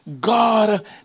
God